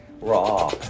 Raw